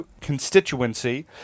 constituency